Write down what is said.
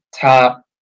top